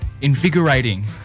invigorating